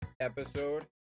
episode